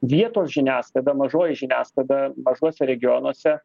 vietos žiniasklaida mažoji žiniasklaida mažuose regionuose